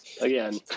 again